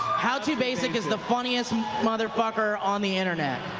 how to basic is the funniest mother fucker on the internet.